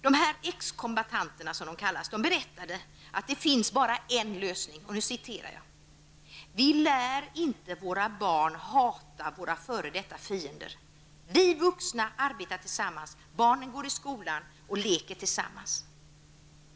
De här exkombattanterna, berättade att det bara finns en lösning: ''Vi lär inte våra barn hata våra före detta fiender. Vi vuxna arbetar tillsammans. Barnen går i skolan och leker tillsammans.''